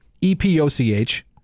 E-P-O-C-H